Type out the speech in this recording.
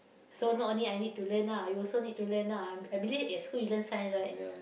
so not only I need to learn ah you also need to learn ah I I believe at school you learn science right